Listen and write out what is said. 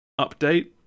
update